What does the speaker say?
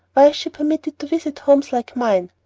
why is she permitted to visit homes like mine?